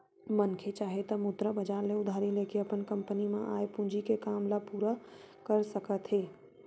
मनखे चाहे त मुद्रा बजार ले उधारी लेके अपन कंपनी म आय पूंजी के काम ल पूरा कर सकत हे